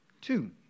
Two